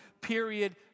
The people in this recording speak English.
period